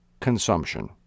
consumption